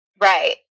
right